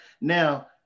now